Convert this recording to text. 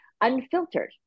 unfiltered